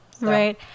right